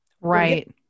Right